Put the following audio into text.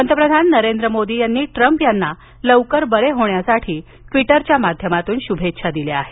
पंतप्रधान नरेंद्र मोदी यांनी ट्रंप यांना लवकर बरे होण्यासाठी ट्वीटरच्या माध्यमातून शुभेच्छा दिल्या आहेत